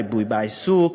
ריפוי בעיסוק,